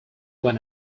when